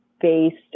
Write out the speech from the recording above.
based